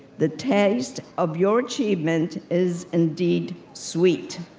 the taste of your achievement is indeed sweet.